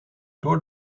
door